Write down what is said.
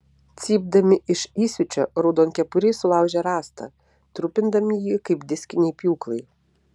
cypdami iš įsiūčio raudonkepuriai sulaužė rąstą trupindami jį kaip diskiniai pjūklai